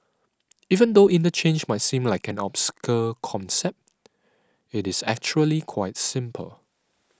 even though interchange might seem like an obscure concept it is actually quite simple